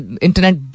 Internet